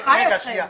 בחייכם.